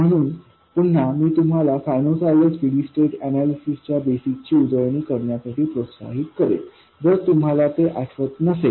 म्हणून पुन्हा मी तुम्हाला सायनुसायडल स्टेडी स्टैट अनैलिसिसच्या बेसिक ची उजळणी करण्यासाठी प्रोत्साहित करेन जर तुम्हाला ते आठवत नसेल